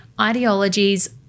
ideologies